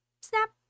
snap